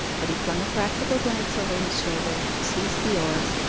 but he flung a practical glance over his shoulder, seized the oars,